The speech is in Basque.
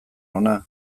hona